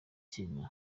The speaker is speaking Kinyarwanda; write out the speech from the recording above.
kenya